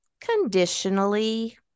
conditionally